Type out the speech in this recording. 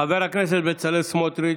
חבר הכנסת בצלאל סמוטריץ',